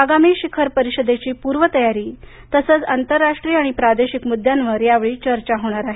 आगामी शिखर परिषदेची पूर्वतयारी तसेच आंतरराष्ट्रीय आणि प्रादेशिक मुद्द्यांवर या परिषदेत चर्चा होणार आहे